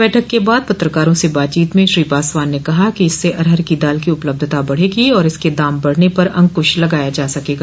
बठक के बाद पत्रकारों से बातचीत में श्री पासवान ने कहा कि इससे अरहर की दाल की उपलब्धता बढ़ेगी और इसके दाम बढ़ने पर अंकूश लगाया जा सकेगा